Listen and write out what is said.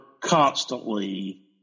constantly